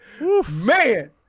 Man